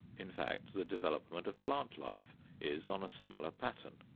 in fact, the development of plant life is on a similar pattern.